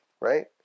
right